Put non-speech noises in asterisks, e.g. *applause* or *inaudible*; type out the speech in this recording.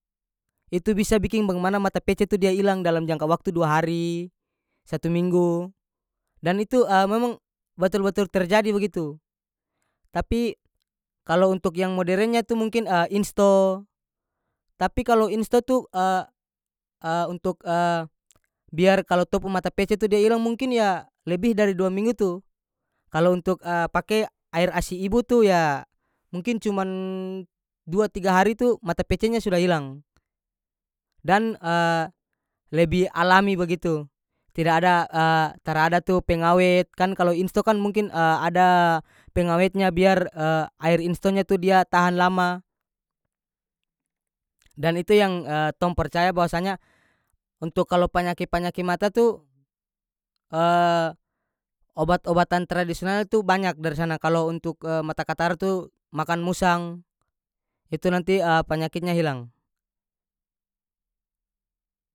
Itu bisa biking bagimana mata pece tu dia ilang dalam jangka waktu dua hari satu minggu dan itu *hesitation* memang batul-batul terjadi bagitu tapi kalo untuk yang moderennya tu mungkin *hesitation* insto tapi kalo insto tu *hesitation* *hesitation* untuk *hesitation* biar kalo tong pu mata pece tu dia ilang mungkin ya lebih dari dua minggu itu kalo untuk *hesitation* pake air asi ibu tu ya mungkin cuman dua tiga hari tu mata pecenya sudah hilang dan lebi alami bagitu tida ada *hesitation* tarada tu pengawet kan kalo insto kan mungkin *hesitation* ada pengawetnya biar *hesitation* air instonya tu dia tahan lama dan itu yang *hesitation* tong percaya bahwasanya untuk kalo panyake-panyake mata tu *hesitation* obat-obatan tradisional itu banyak dari sana kalo untuk *hesitation* mata katarak tu makan musang itu nanti *hesitation* penyakitnya hilang.